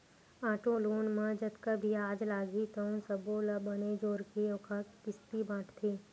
auto loan म जतका बियाज लागही तउन सब्बो ल बने जोरके ओखर किस्ती बाटथे